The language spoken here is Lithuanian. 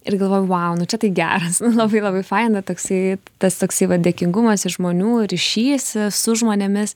ir galvoju vau nu čia tai geras labai labai faina toksai tas toksai va dėkingumas ir žmonių ryšys su žmonėmis